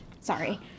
Sorry